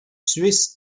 suisses